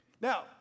Now